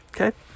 Okay